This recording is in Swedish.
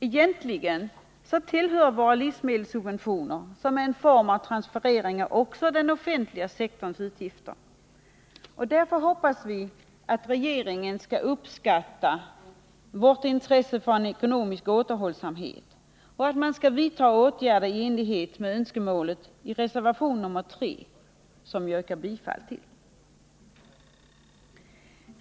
Egentligen tillhör våra livsmedelssubventioner, som är en form av transfereringar, också den offentliga sektorns utgifter. Därför hoppas vi att regeringen skall uppskatta vårt intresse för ekonomisk återhållsamhet och att man skall vidta åtgärder i enlighet med önskemålet i reservation 3, som jag yrkar bifall till.